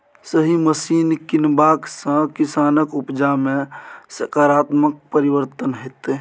सही मशीन कीनबाक सँ किसानक उपजा मे सकारात्मक परिवर्तन हेतै